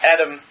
Adam